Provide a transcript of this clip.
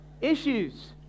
Issues